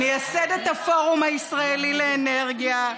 היא מייסדת הפורום הישראלי לאנרגיה,